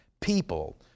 people